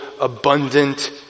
abundant